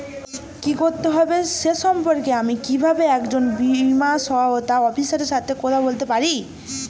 কী করতে হবে সে সম্পর্কে আমি কীভাবে একজন বীমা সহায়তা অফিসারের সাথে কথা বলতে পারি?